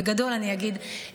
בגדול אני אגיד,